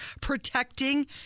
protecting